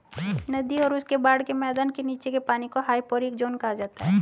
नदी और उसके बाढ़ के मैदान के नीचे के पानी को हाइपोरिक ज़ोन कहा जाता है